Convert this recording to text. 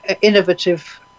innovative